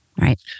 Right